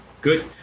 good